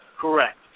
Correct